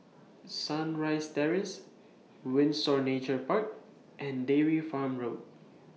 Sunrise Terrace Windsor Nature Park and Dairy Farm Road